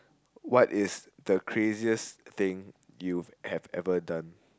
what is the craziest thing you have ever done